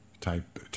type